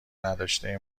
نداشته